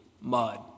mud